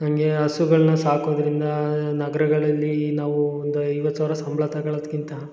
ಹಾಗೆ ಹಸುಗಳನ್ನ ಸಾಕೋದ್ರಿಂದ ನಗರಗಳಲ್ಲಿ ನಾವು ಒಂದು ಐವತ್ತು ಸಾವಿರ ಸಂಬಳ ತಗಳದ್ಕಿಂತ